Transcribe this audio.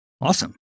awesome